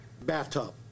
bathtub